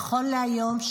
נכון להיום,